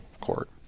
court